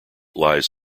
lies